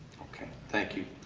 ok. thank you.